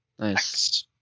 Nice